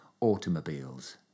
automobiles